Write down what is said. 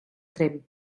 tremp